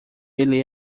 ele